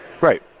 Right